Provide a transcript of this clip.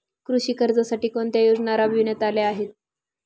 कृषी कर्जासाठी कोणत्या योजना राबविण्यात आल्या आहेत?